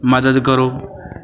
ਮਦਦ ਕਰੋ